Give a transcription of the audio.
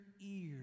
ears